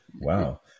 Wow